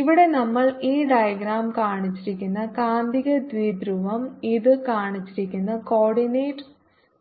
ഇവിടെ നമ്മൾ ഈ ഡയഗ്രം കാണിച്ചിരിക്കുന്നു കാന്തിക ദ്വിധ്രുവവും ഇത് കാണിച്ചിരിക്കുന്ന കോർഡിനേറ്റ് സിസ്റ്റവുമാണ്